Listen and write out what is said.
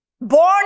born